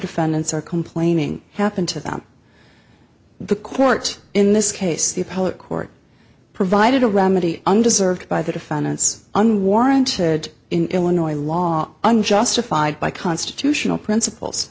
defendants are complaining happened to them the court in this case the appellate court provided a remedy undeserved by the defendant's unwarranted in illinois law unjustified by constitutional principles